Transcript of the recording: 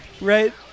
right